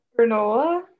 granola